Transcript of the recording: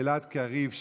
גלעד קריב,